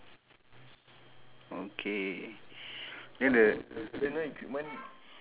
uh like the the it's the bee guy lah